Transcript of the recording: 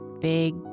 big